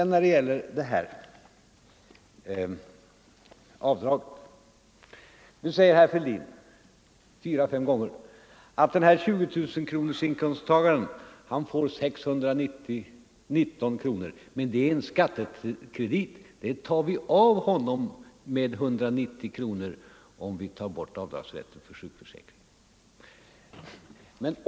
När det sedan gäller avdraget, säger herr Fälldin, fyra eller fem gånger, att 20 000-kronorsinkomsttagaren får 619 kronor, men det är en skattekredit — det tar vi av honom med 190 kronor, om vi slopar avdragsrätten för sjukförsäkringen.